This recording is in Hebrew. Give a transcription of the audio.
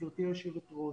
גברתי היושבת ראש.